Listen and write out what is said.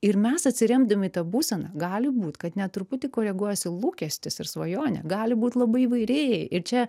ir mes atsiremdami į tą būseną gali būt kad net truputį koreguojasi lūkestis ir svajonė gali būt labai įvairiai ir čia